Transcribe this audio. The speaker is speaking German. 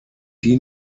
die